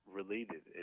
related